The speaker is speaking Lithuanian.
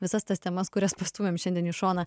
visas tas temas kurias pastūmėme šiandien į šoną